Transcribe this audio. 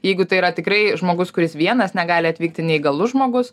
jeigu tai yra tikrai žmogus kuris vienas negali atvykti neįgalus žmogus